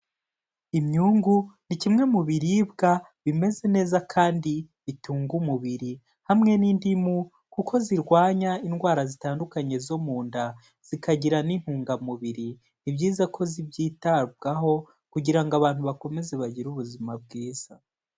Imyungu ni kimwe mu biribwa bimeze neza kandi bitunga umubiri hamwe n'indimu kuko zirwanya indwara zitandukanye zo mu nda, zikagira n'intungamubiri, ni ibyiza ko byitabwaho kugira ngo abantu bakomeze bagire ubuzima bwiza.